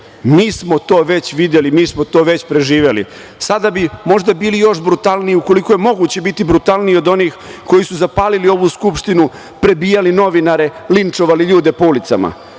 Mi smo to već videli, mi smo to već preživeli. Sada bi možda bili još brutalniji ukoliko je moguće biti brutalniji od onih koji su zapalili ovu Skupštinu, prebijali novinare, linčovali ljude po ulicama.